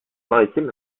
maritime